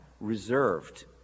reserved